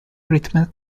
treatment